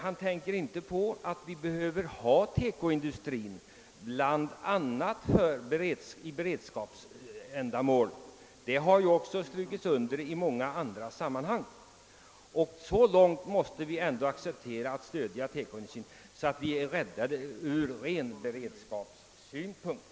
Han tänker inte på att vi behöver TEKO-industrin bl.a. för beredskapsändamål och han tänker inte på de friställda. Det har centerpartiet i olika sammanhang framhållit. Och så långt bör vi väl ändå vara överens att TEKO-industrin måste säkras bl a. ur beredskapssynpunkt.